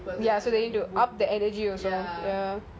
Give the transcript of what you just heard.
so they need to up the energy